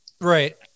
Right